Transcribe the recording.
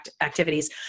activities